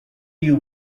you